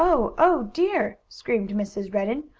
oh! oh, dear! screamed mrs. redden.